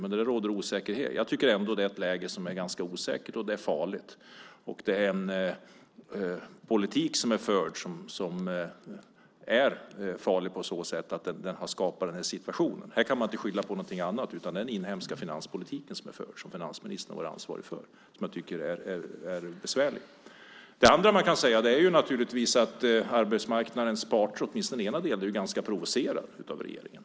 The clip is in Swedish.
Men om det råder osäkerhet. Jag tycker ändå att det är ett läge som är ganska osäkert, och det är farligt. Den politik som förs är farlig på så sätt att den har skapat den här situationen. Här kan man inte skylla på någonting annat än den inhemska finanspolitik som förs och som finansministern som är ansvarig för. Den är besvärlig. Det andra man kan säga är naturligtvis att arbetsmarknadens parter, åtminstone den ena, är ganska provocerade av regeringen.